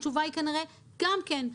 התשובה היא כנראה גם כן.